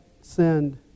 sinned